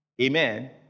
amen